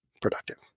productive